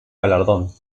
galardón